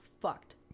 fucked